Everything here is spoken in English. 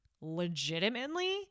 legitimately